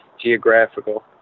geographical